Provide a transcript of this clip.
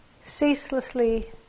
ceaselessly